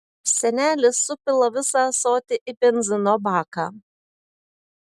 senelis supila visą ąsotį į benzino baką